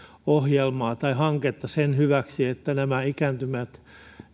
ohjelmaa tai hanketta sen hyväksi että nämä ikääntyvät